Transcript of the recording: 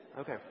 Okay